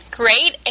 great